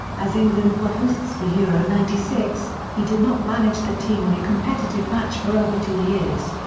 as england were hosts for euro ninety six, he did not manage the team in a competitive match for over two years.